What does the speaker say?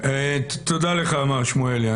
תודה לך, מר שמואלי.